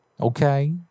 Okay